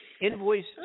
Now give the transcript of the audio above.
Invoice